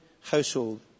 household